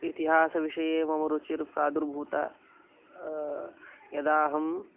इतिहासविषये मम रुचिः प्रादुर्भूता यदाहम्